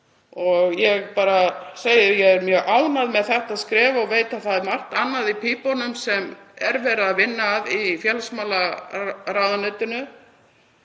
ríka samfélagi. Ég er mjög ánægð með þetta skref og veit að það er margt annað í pípunum sem er verið að vinna að í félagsmálaráðuneytinu